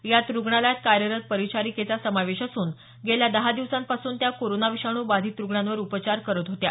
यात रुग्णालयात कार्यरत परिचारिकेचा समावेश असून गेल्या दहा दिवसांपासून त्या कोरोना विषाणू बाधित रुग्णांवर उपचार करत होत्या